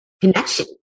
connection